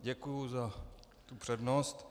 Děkuji za přednost.